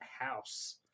house